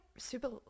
super